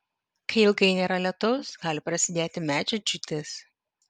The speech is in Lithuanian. kai ilgai nėra lietaus gali prasidėti medžio džiūtis